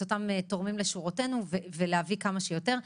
אותם תורמים לשורותינו ולהביא כמה שיותר תורמים.